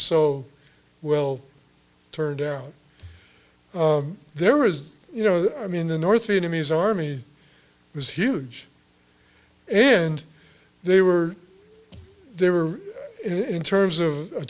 so well turned out there is you know the i mean the north vietnamese army was huge and they were they were in terms of a